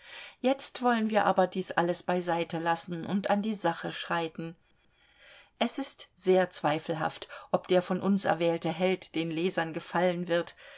jetzt wollen wir aber dies alles beiseite lassen und an die sache schreiten es ist sehr zweifelhaft ob der von uns erwählte held den lesern gefallen wird